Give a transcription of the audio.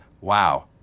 wow